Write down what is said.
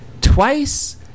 twice